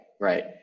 Right